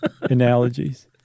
analogies